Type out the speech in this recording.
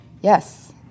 Yes